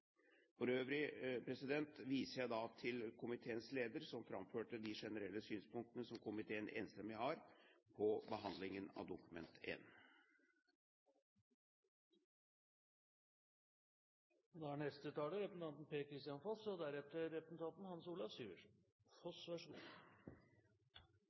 For øvrig viser jeg til komiteens leder, som framførte de generelle synspunktene som komiteen enstemmig har på behandlingen av Dokument 1. La meg slutte meg til siste taler,